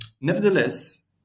Nevertheless